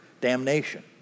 damnation